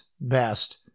best